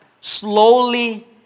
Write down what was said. slowly